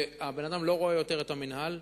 והבן-אדם לא רואה יותר את המינהל,